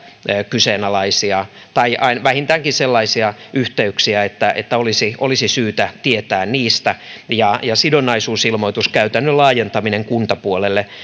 kyseenalaisia tai vähintäänkin sellaisia yhteyksiä että että olisi olisi syytä tietää niistä ja sidonnaisuusilmoituskäytännön laajentaminen kuntapuolelle